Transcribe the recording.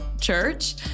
Church